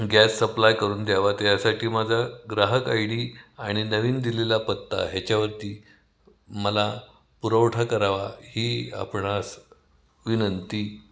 gas supply करून द्यावा त्यासाठी माझा ग्राहक आय डी आणि नवीन दिलेला पत्ता ह्याच्यावरती मला पुरवठा करावा ही आपणास विनंती